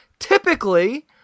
Typically